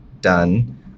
done